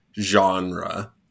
genre